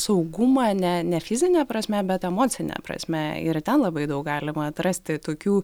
saugumą ne ne fizine prasme bet emocine prasme ir ten labai daug galima atrasti tokių